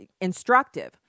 instructive